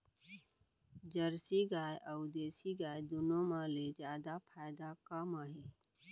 Jersey गाय अऊ देसी गाय दूनो मा ले जादा फायदा का मा हे?